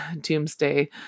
doomsday